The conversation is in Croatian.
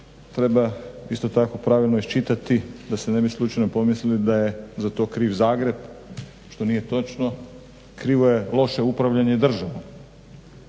treba isto tako pravilno iščitati da se ne bi slučajno pomislili da je za to kriv Zagreb, što nije točno, krivo je loše upravljanje državom.